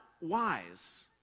wise